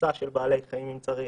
תפיסה של בעלי חיים אם צריך.